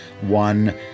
one